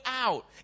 out